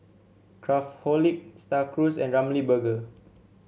Craftholic Star Cruise and Ramly Burger